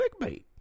clickbait